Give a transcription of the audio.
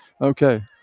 Okay